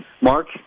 Mark